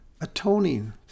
atoning